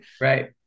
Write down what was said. Right